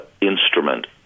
instrument